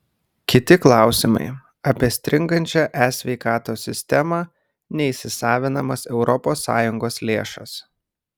kiti klausimai apie stringančią e sveikatos sistemą neįsisavinamas europos sąjungos lėšas